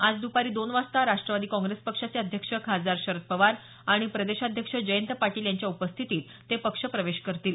आज दुपारी दोन वाजता राष्ट्रवादी काँग्रेस पक्षाचे अध्यक्ष खासदार शरद पवार आणि प्रदेशाध्यक्ष जयंत पाटील यांच्या उपस्थितीत ते पक्षप्रवेश करतील